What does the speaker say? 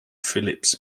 philips